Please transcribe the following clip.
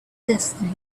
destiny